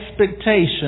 expectation